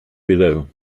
below